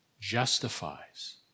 justifies